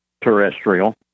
terrestrial